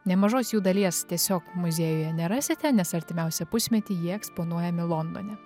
nemažos jų dalies tiesiog muziejuje nerasite nes artimiausią pusmetį jie eksponuojami londone